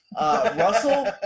Russell